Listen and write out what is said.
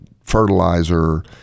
fertilizer